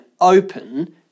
open